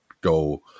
go